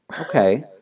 Okay